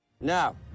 Now